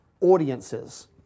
audiences